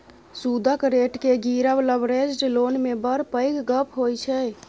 सुदक रेट केँ गिरब लबरेज्ड लोन मे बड़ पैघ गप्प होइ छै